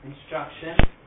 instruction